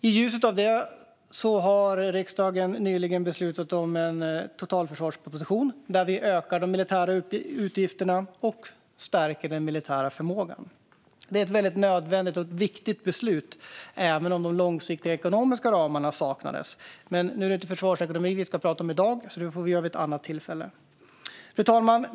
I ljuset av detta har riksdagen nyligen fattat beslut med anledning av en totalförsvarsproposition där vi ökar de militära utgifterna och stärker den militära förmågan. Det är ett nödvändigt och viktigt beslut även om de långsiktiga ekonomiska ramarna saknas. Men nu är det inte försvarsekonomi vi ska prata om i dag, utan det får vi göra vid ett annat tillfälle. Fru talman!